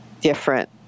different